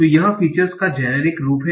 तो यह फीचर्स का जेनेरिक रूप है